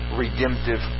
redemptive